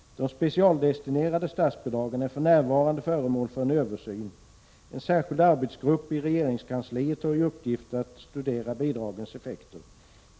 De specialdestinerade statsbidragen är för närvarande föremål för en översyn. En särskild arbetsgrupp i regeringskansliet har i uppgift att studera bidragens effekter.